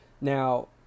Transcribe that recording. Now